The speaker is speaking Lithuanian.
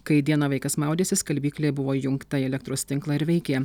kai dieną vaikas maudėsi skalbyklė buvo įjungta į elektros tinklą ir veikė